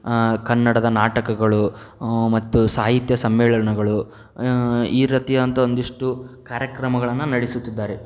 ಕನ್ನಡದ ನಾಟಕಗಳು ಮತ್ತು ಸಾಹಿತ್ಯ ಸಮ್ಮೇಳನಗಳು ಈ ರೀತಿಯಾದಂಥ ಒಂದಿಷ್ಟು ಕಾರ್ಯಕ್ರಮಗಳನ್ನು ನಡೆಸುತ್ತಿದ್ದಾರೆ